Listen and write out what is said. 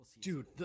Dude